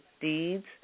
deeds